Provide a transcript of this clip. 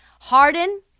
Harden